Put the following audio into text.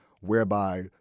whereby